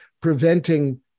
preventing